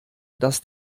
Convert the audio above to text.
dass